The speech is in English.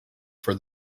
for